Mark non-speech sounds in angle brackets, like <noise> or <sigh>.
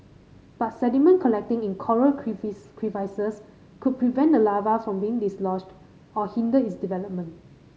but sediment collecting in coral <unintelligible> crevices could prevent the larva from being dislodged or hinder its development